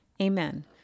Amen